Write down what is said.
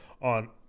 on